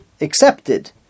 accepted